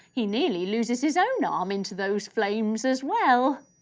he nearly loses his own arm in to those flames as well.